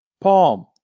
Palm